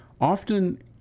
Often